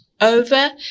over